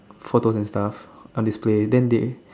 photos and stuffs on display then they